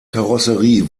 karosserie